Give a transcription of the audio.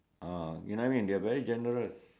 ah you know what I mean they're very generous